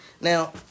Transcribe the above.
Now